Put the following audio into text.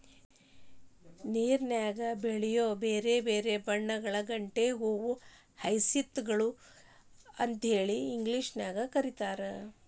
ನೇರನ್ಯಾಗ ಬೆಳಿಯೋ ಬ್ಯಾರ್ಬ್ಯಾರೇ ಬಣ್ಣಗಳ ಗಂಟೆ ಹೂಗಳನ್ನ ಹಯಸಿಂತ್ ಗಳು ಅಂತೇಳಿ ಇಂಗ್ಲೇಷನ್ಯಾಗ್ ಕರೇತಾರ